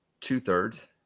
two-thirds